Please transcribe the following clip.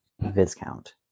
Viscount